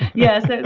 yes,